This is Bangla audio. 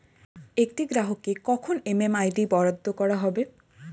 একটি গ্রাহককে কখন এম.এম.আই.ডি বরাদ্দ করা হবে?